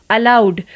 Allowed